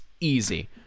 Easy